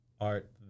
art